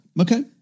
Okay